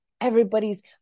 everybody's